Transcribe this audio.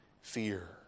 fear